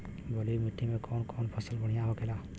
बलुई मिट्टी में कौन कौन फसल बढ़ियां होखेला?